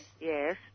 Yes